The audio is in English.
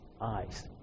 eyes